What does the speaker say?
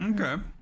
Okay